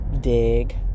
dig